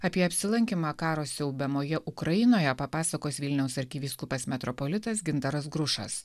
apie apsilankymą karo siaubiamoje ukrainoje papasakos vilniaus arkivyskupas metropolitas gintaras grušas